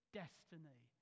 destiny